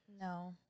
no